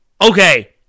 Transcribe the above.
Okay